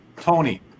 Tony